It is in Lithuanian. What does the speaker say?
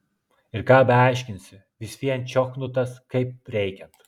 ir ką beaiškinsi vis vien čiochnutas kaip reikiant